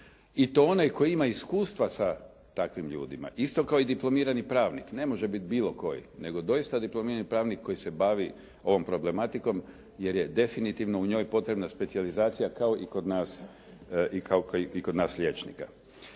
i to onaj koji ima iskustva sa takvim ljudima isto kao diplomirani pravnik. Ne može biti bilo koji nego doista diplomirani pravnik koji se bavi ovom problematikom jer je definitivno u njoj potrebna specijalizacija kao i kod nas liječnika.